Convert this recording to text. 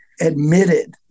admitted